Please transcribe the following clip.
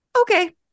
okay